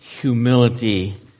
humility